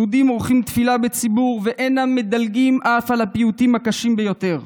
יהודים עורכים תפילה בציבור ואינם מדלגים אף על הפיוטים הקשים ביותר,